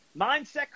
mindset